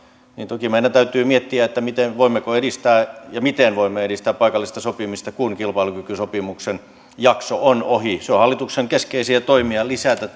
ja toki meidän täytyy miettiä voimmeko edistää ja miten voimme edistää paikallista sopimista kun kilpailukykysopimuksen jakso on ohi on hallituksen keskeisiä toimia lisätä